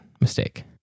mistake